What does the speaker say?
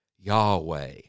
Yahweh